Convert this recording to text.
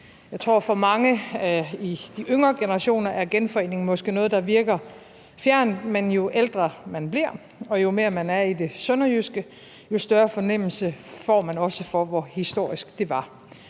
Jeg tror, at for mange i de yngre generationer er genforeningen måske noget, der virker fjernt, men jo ældre man bliver, og jo mere man er i det sønderjyske, jo større fornemmelse får man også for, hvor historisk det var.